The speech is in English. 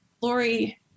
Lori